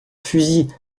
fusils